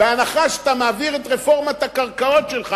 בהנחה שאתה מעביר את רפורמת הקרקעות שלך,